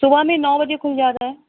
صبح میں نو بجے کھل جاتا ہے